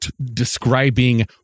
describing